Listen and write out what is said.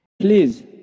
Please